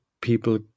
people